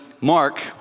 Mark